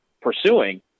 pursuing